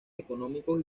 económicos